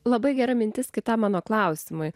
labai gera mintis kitam mano klausimui